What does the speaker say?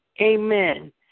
Amen